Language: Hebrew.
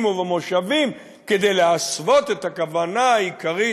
ובמושבים כדי להסוות את הכוונה העיקרית,